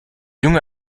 junge